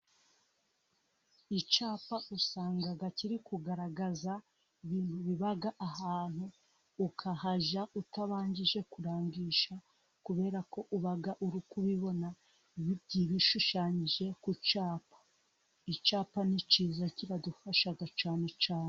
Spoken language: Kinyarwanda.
Icyapa usanga kiri kugaragaza ibintu biba ahantu, ukahajya utabanje kurangisha, kubera ko uba uri kubibona bishushanyije ku cyapa. Icyapa ni cyiza kiradufasha cyane cyane.